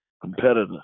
competitor